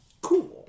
Cool